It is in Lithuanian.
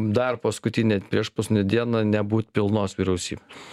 dar paskutinę priešpaskutinę dieną nebūt pilnos vyriausybės